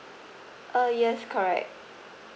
uh yes correct